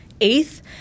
eighth